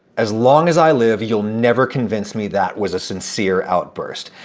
as long as i live, you'll never convince me that was a sincere outburst.